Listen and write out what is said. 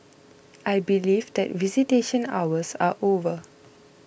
I believe that visitation hours are over